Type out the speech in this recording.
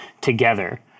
together